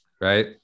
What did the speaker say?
right